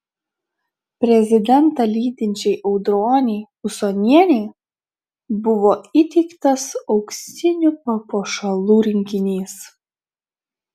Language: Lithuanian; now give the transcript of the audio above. prezidentą lydinčiai audronei usonienei buvo įteiktas auksinių papuošalų rinkinys